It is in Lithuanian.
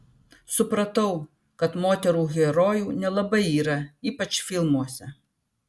supratau kad moterų herojų nelabai yra ypač filmuose